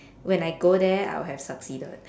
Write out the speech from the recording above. when I go there I would have succeeded